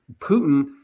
Putin